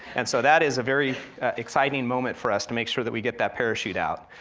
and so that is a very exciting moment for us, to make sure that we get that parachute out.